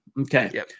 Okay